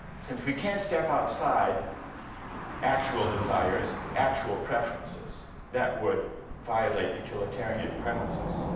since we can't step outside actual desires, actual preferences that would violate utilitarian premises,